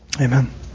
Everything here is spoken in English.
Amen